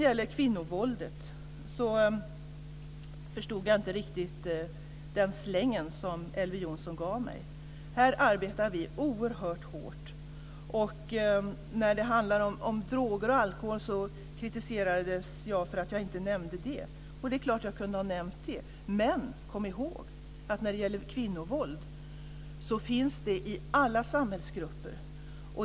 Angående kvinnovåldet förstod jag inte riktigt den släng som Elver Jonsson gav mig. Här arbetar vi oerhört hårt. Jag kritiseras för att jag inte nämnde droger och alkohol, och det är klart att jag kunde ha gjort det. Men kom ihåg att det finns kvinnovåld i alla samhällsgrupper.